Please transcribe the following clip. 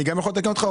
אני אתקן אותך.